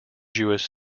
jewish